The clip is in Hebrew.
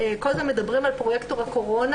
כל הזמן מדברים על פרויקטור הקורונה.